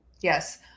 yes